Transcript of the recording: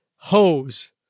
hose